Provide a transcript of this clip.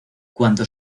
cuando